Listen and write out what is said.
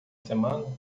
semana